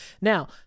Now